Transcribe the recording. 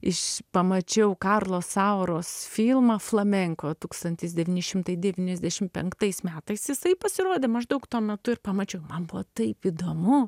iš pamačiau karlo sauros filmą flamenko tūkstantis devyni šimtai devyniasdešim penktais metais jisai pasirodė maždaug tuo metu ir pamačiau man buvo taip įdomu